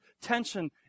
tension